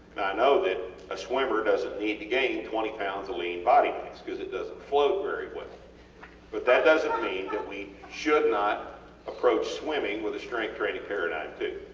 i know that a swimmer doesnt need to gain twenty lbs of lean body mass because it doesnt float very well but that doesnt mean that we should not approach swimming with a strength training paradigm too,